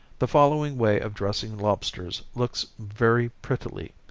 the following way of dressing lobsters looks very prettily.